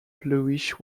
bluish